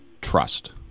trust